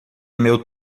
meu